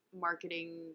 marketing